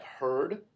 heard